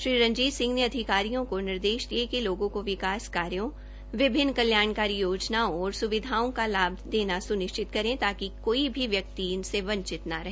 श्री रणजीत सिंह ने अधिकारियों को निर्देश दिए कि लोगों को विकास कार्यों विभिन्न कल्याणकारी योजनाओं और स्विधाओं का लाभ देना स्निश्चित करें ताकि कोई भी व्यक्ति इनसे वंचित न रहे